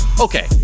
okay